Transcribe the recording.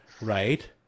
right